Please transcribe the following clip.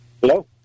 Hello